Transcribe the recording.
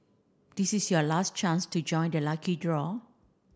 this is your last chance to join the lucky draw